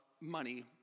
money